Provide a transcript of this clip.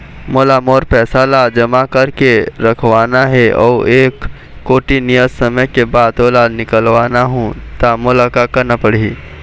मोला मोर पैसा ला जमा करके रखवाना हे अऊ एक कोठी नियत समय के बाद ओला निकलवा हु ता मोला का करना पड़ही?